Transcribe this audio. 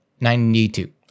92